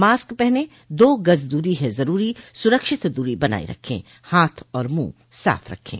mask पहनें दो गज़ दूरी है ज़रूरी सुरक्षित दूरी बनाए रखें हाथ और मुंह साफ रखें